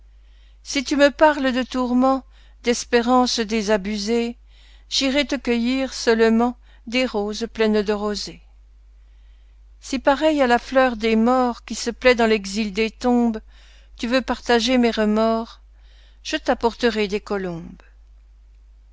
si tu me parles de tourment d'espérance désabusée j'irai te cueillir seulement des roses pleines de rosée si pareille à la fleur des morts qui se plaît dans l'exil des tombes tu veux partager mes remords je t'apporterai des colombes